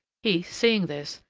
he, seeing this,